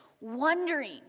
wondering